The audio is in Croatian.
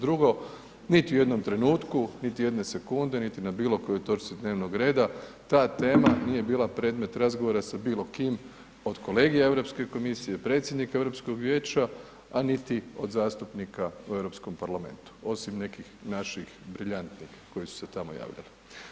Drugo, niti u jednom trenutku, niti jedne sekunde niti na bilokojoj točci dnevnog reda ta tema nije bila predmet razgovora sa bilo kim od kolegija Europske komisije, predsjednika Europskog vijeća a niti od zastupnika u Europskom parlamentu osim nekih naših briljantnih koji su se tamo javljali.